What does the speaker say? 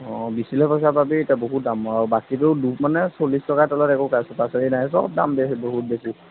অঁ বিকি লৈ পইছা পাবি তে বহুত দাম আৰু বাকীটো দু মানে চল্লিছ টকাৰ তলত একো পাচলি নাই সব দামে বে বহুত বেছি